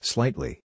Slightly